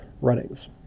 runnings